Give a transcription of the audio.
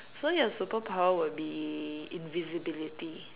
so your superpower will be invisibility